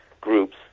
groups